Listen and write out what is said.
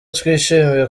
twishimiye